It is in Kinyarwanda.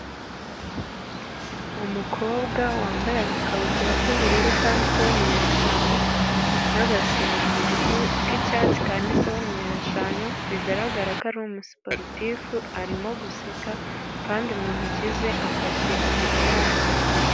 Umukobwa wambaye agakabutura k'ubururu kanditseho nimero eshanu, n'agasengeri k'icyatsi kanditseho nimero eshanu, bigaragara ko ari umusiporutifu arimo guseka kandi mu ntoki ze afashe igikombe.